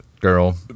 girl